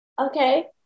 Okay